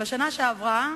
בשנה שעברה,